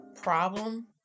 problem